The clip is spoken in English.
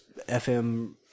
FM